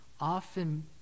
often